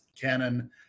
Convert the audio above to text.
canon